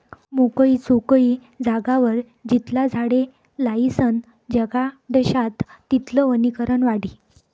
मोकयी चोकयी जागावर जितला झाडे लायीसन जगाडश्यात तितलं वनीकरण वाढी